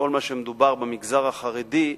בכל מה שמדובר במגזר החרדי,